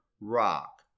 rock